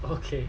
okay